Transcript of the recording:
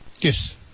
Yes